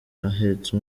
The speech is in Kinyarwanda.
ahetse